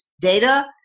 data